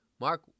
Mark